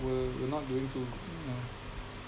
were were not doing too yeah